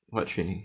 what training